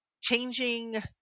changing –